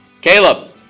Caleb